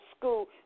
school